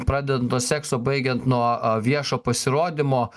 pradent nuo sekso baigiant nuo a viešo pasirodymo